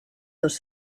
dos